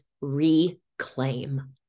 reclaim